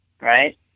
right